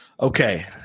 okay